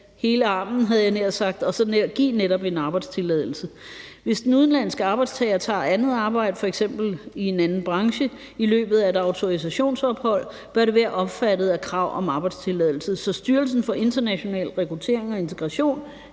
hele armen, havde jeg nær sagt, og så netop give en arbejdstilladelse. Hvis den udenlandske arbejdstager tager andet arbejde, f.eks. i en anden branche, i løbet af et autorisationsophold, bør det være omfattet af krav om arbejdstilladelse, så Styrelsen for International Rekruttering og Integration